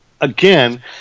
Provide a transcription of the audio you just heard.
again